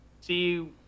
see